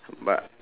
but